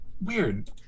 Weird